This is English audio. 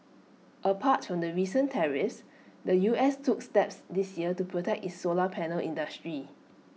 apart from the recent tariffs the U S took steps this year to protect its solar panel industry